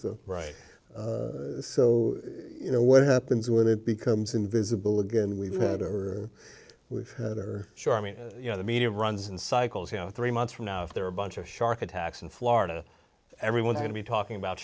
right so you know what happens when it becomes invisible again we've had or wished that are sure i mean you know the media runs in cycles how three months from now if there are a bunch of shark attacks in florida everyone's going to be talking about